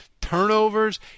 turnovers